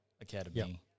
academy